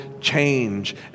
change